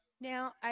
Now